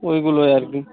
ওইগুলোই আর কি